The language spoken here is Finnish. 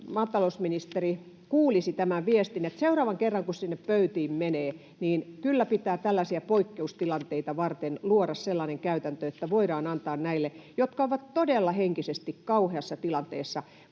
maatalousministeri kuulisi tämän viestin, että seuraavan kerran kun sinne pöytiin menee, niin kyllä pitää tällaisia poikkeustilanteita varten luoda sellainen käytäntö, että voidaan antaa lomitusta näille, jotka ovat todella henkisesti kauheassa tilanteessa, kun